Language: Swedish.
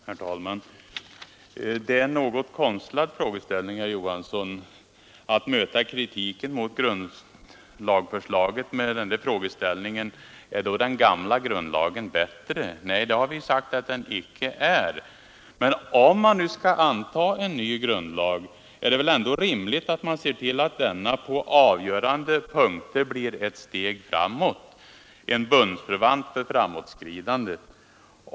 Herr talman! Det är något konstlat, herr Johansson i Trollhättan, att bemöta kritiken mot grundlagsförslaget med frågeställningen: Är då den gamla grundlagen bättre? Nej, det har vi sagt att den icke är. Men om man nu skall anta en ny grundlag är det väl ändå rimligt att se till att den på avgörande punkter blir ett steg framåt, en bundsförvant för framåtskridandet.